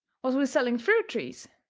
was we selling fruit trees?